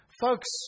Folks